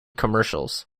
commercials